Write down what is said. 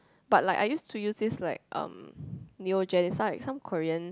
but like I used to use this like um Neo-Gen its like some Korean